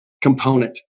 component